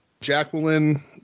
Jacqueline